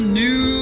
new